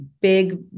big